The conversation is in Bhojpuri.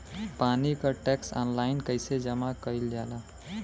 पानी क टैक्स ऑनलाइन कईसे जमा कईल जाला?